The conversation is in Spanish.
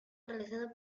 realizado